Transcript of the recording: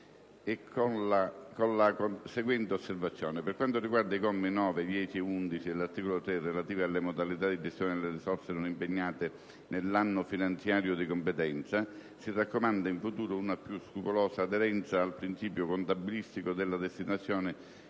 con la seguente osservazione: - per quanto riguarda i commi 9, 10 e 11 dell'articolo 3 - relativi alle modalità di gestione delle risorse non impegnate nell'anno finanziario di competenza - si raccomanda, in futuro, una più scrupolosa aderenza al principio contabilistico della destinazione